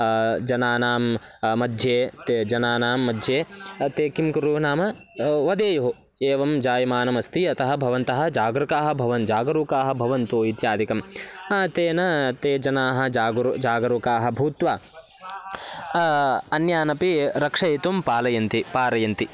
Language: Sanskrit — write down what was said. जनानां मध्ये ते जनानां मध्ये ते किं कुरु नाम वदेयुः एवं जायमानमस्ति अतः भवन्तः जागरूकाः भवन् जागरूकाः भवन्तु इत्यादिकं तेन ते जनाः जागरूकाः जागरूकाः भूत्वा अन्यान् अपि रक्षयितुं पालयन्ति पारयन्ति